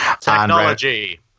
Technology